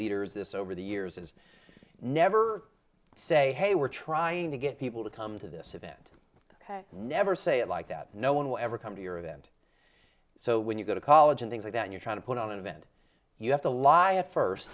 leaders this over the years is never say hey we're trying to get people to come to this event never say it like that no one will ever come to your event so when you go to college and things like that you're trying to put on an event you have to lie at first